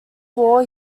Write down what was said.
war